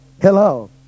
Hello